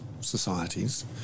societies